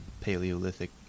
Paleolithic